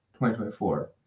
2024